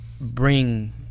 bring